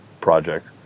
project